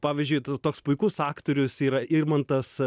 pavyzdžiui tu toks puikus aktorius yra irmantas